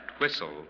whistle